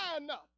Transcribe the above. enough